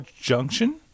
Junction